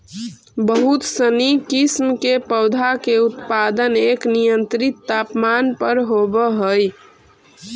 बहुत सनी किस्म के पौधा के उत्पादन एक नियंत्रित तापमान पर होवऽ हइ